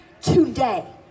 today